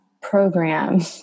program